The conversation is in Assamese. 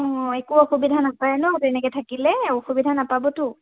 অঁ একো অসুবিধা নাপায় ন তেনেকৈ থাকিলে অসুবিধা নাপাবতো